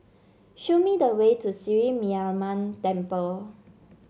show me the way to Sri Mariamman Temple